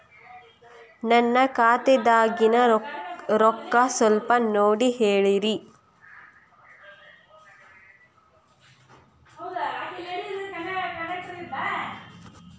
ನನ್ನ ಖಾತೆದಾಗಿನ ರೊಕ್ಕ ಸ್ವಲ್ಪ ನೋಡಿ ಹೇಳ್ರಿ